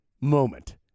moment